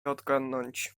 odgadnąć